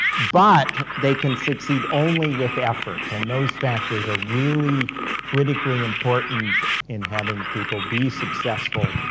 but they can succeed only with effort. and those factors are really critically important in having people be successful,